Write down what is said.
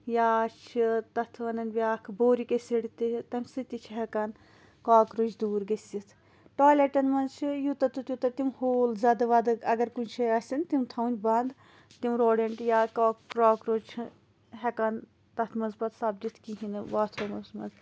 یا چھِ تَتھ وَنان بیاکھ بورِک ایٚسِڈ تہِ تمہِ سۭتۍ تہِ چھِ ہیٚکان کاکروچ دوٗر گٔژھِتھ ٹایلیٚٹَن مَنٛز چھِ یوٗتاہ تہٕ تیٚوتاہ تِم ہول زَدٕ وَدٕ اَگَر کُنہِ جایہِ آسَن تِم تھاوٕنۍ بَنٛد تِم روڈنٹ یا کاک کراکروچ چھِ ہیٚکان تَتھ مَنٛز پَتہٕ سَبدِتھ کِہیٖنۍ باتھ روٗمَس مَنٛز